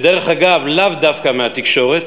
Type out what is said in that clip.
ודרך אגב, לאו דווקא מהתקשורת,